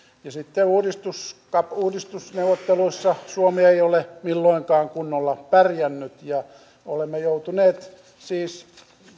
ja sitten uudistusneuvotteluissa suomi ei ole milloinkaan kunnolla pärjännyt ja olemme joutuneet siis